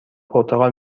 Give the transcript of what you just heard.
پرتقال